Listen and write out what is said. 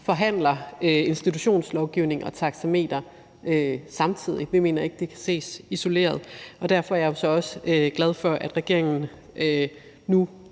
forhandler institutionslovgivningen og taxametersystemerne samtidig. Vi mener ikke, de ting kan ses isoleret. Derfor er jeg også glad for, at regeringen nu